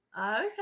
Okay